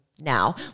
now